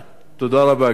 תודה רבה.